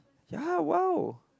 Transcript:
ya !wow!